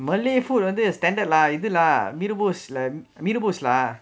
malay food வந்து:vanthu standard lah இதுலா:ithulaa mee rebus mee rebus lah